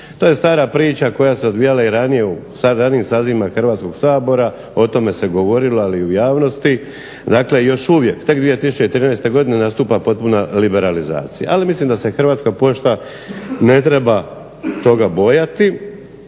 To je stara priča koja se odvijala i ranije u ranijim sazivima Hrvatskog sabora. O tome se govorilo, ali u javnosti. Dakle, još uvijek, tek 2013. godine nastupa potpuna liberalizacija. Ali mislim da se Hrvatska pošta ne treba toga bojati.